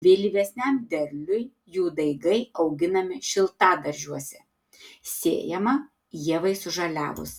vėlyvesniam derliui jų daigai auginami šiltadaržiuose sėjama ievai sužaliavus